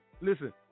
listen